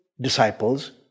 disciples